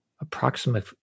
approximate